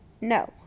no